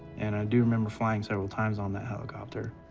and i do remember flying several times on that helicopter